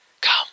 Come